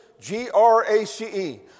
G-R-A-C-E